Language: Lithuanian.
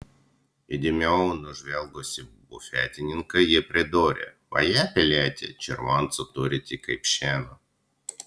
įdėmiau nužvelgusi bufetininką ji pridūrė vaje pilieti červoncų turite kaip šieno